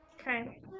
Okay